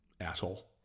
Asshole